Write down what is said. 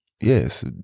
Yes